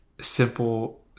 simple